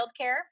childcare